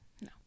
No